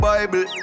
Bible